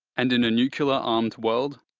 and in a nuclear-armed world,